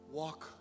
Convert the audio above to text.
walk